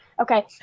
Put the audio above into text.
Okay